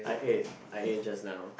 I ate I ate just now